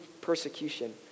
persecution